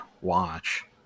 watch